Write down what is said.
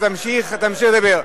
תמשיך לדבר.